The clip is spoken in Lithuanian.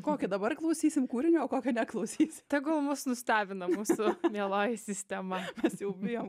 kokio dabar klausysim kūrinio kokio neklausysim tegul mus nustebina mūsų mieloji sistema nes jau bijom